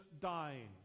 dying